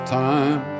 time